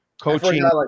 Coaching